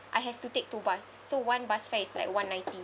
I have to take two bus so one bus fare is like one ninety